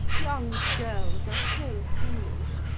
young girls are so foolish,